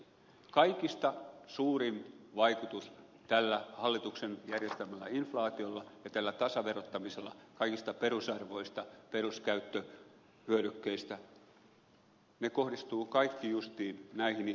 kaikista suurin vaikutus tällä hallituksen järjestämällä inflaatiolla ja tällä tasaverottamisella kaikista perusarvoista peruskäyttöhyödykkeistä on justiin näihin ihmisiin